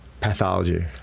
Pathology